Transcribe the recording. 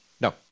no